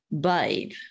babe